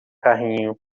carrinho